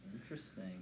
Interesting